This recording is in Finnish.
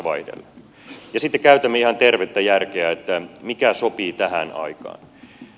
sitten käytämme ihan tervettä järkeä että mikä sopii tähän aikaan